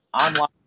online